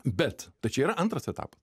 bet tai čia yra antras etapas